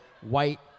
White